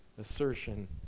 assertion